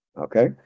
okay